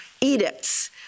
edicts